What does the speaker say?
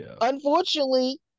Unfortunately